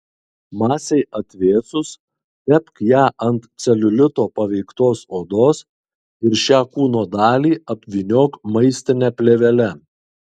masei atvėsus tepk ją ant celiulito paveiktos odos ir šią kūno dalį apvyniok maistine plėvele